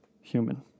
human